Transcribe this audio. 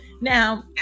Now